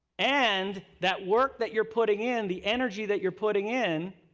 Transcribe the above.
and, that work that you're putting in, the energy that you're putting in,